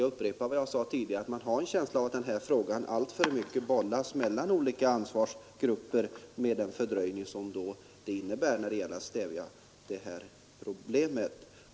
Jag upprepar vad jag tidigare sade: Man har en känsla av att den här frågan alltför mycket bollas mellan olika ansvarsgrupper med den fördröjning som det innebär när det gäller att stävja det här missbruket.